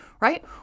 Right